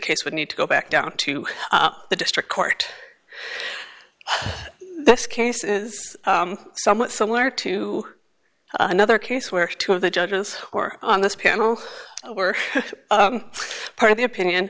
case would need to go back down to the district court this case is somewhat similar to another case where two of the judges or on this panel were part of the opinion